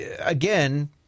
again